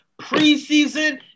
preseason